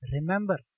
Remember